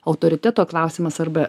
autoriteto klausimas arba